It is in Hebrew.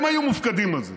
הם היו מופקדים על זה.